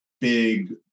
big